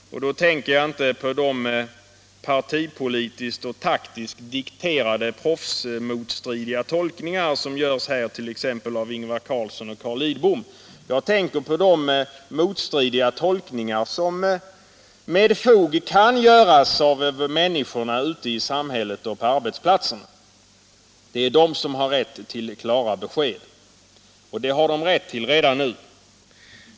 Jag tänker då inte på de partipolitiskt och taktiskt dikterade motstridiga tolkningar som här gjorts av exempelvis Ingvar Carlsson och Carl Lidbom, utan jag tänker på de motstridiga tolkningar som kan göras av människorna ute i samhället och på arbetsplatserna. Det är dessa människor som har rätt till klarare besked redan nu.